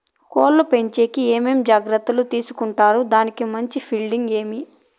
కోళ్ల పెంచేకి ఏమేమి జాగ్రత్తలు తీసుకొంటారు? దానికి మంచి ఫీడింగ్ ఏమి?